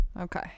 Okay